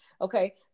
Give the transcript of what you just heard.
Okay